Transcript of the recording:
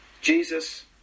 Jesus